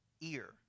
ear